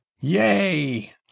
Yay